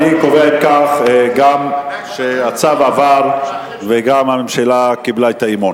גם שהצו עבר וגם שהממשלה קיבלה את האמון.